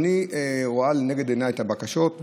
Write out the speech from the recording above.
אני רואה לנגד עיניי את הבקשות.